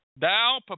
Thou